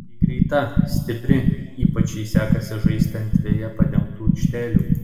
ji greita stipri ypač jai sekasi žaisti ant veja padengtų aikštelių